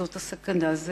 זאת הסכנה.